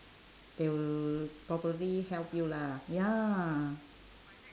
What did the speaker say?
they will probably help you lah ya lah